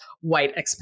White